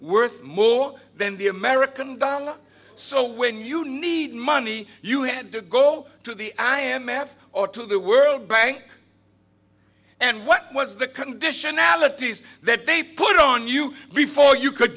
worth more than the american dollar so when you need money you had to go to the i m f or to the world bank and what was the conditionalities that they put on you before you could